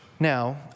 Now